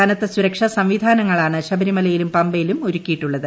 കനത്ത് ീസുരക്ഷാ സംവിധാനങ്ങളാണ് ശബരിമലയിലും പമ്പയിലും ഒരുക്കിയിട്ടുള്ളത്